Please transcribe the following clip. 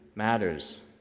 matters